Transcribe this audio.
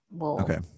Okay